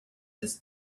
this